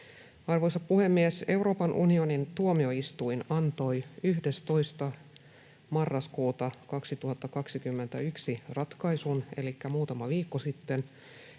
Arvoisa puhemies! Euroopan unionin tuomioistuin antoi 11. marraskuuta 2021, elikkä muutama viikko sitten,